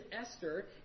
Esther